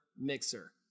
mixer